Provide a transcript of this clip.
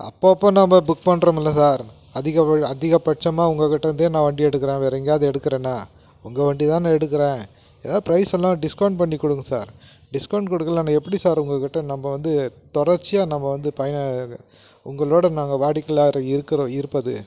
அப்பப்போ நம்ம புக் பண்ணுறோம்ல சார் அதிக அதிகபட்சமா உங்கக்கிட்டேருந்தே நான் வண்டி எடுக்கிறேன் வேறு எங்கேயாவது எடுக்கிறனா உங்கள் வண்டிதானே எடுக்கிறேன் எதாவது ப்ரைஸெல்லாம் டிஸ்கவுண்ட் பண்ணி கொடுங்க சார் டிஸ்கவுண்ட் கொடுக்கலாம் எப்படி சார் உங்கள்கிட்ட நம்ம வந்து தொடர்ச்சியாக நம்ம வந்து பயன் உங்களோடு நாங்கள் வாடிக்கையாக இருக்கிறோம் இருப்பது